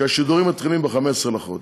שהשידורים מתחילים ב-15 בחודש.